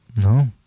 No